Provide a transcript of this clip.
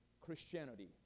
Christianity